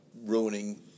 ruining